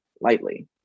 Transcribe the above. lightly